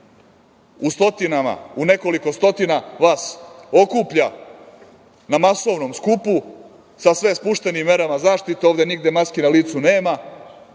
u nekoliko stotina vas okuplja na masovnom skupu sa sve spuštenim merama zaštite, ovde nigde maski na licu nema,